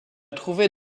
trouvait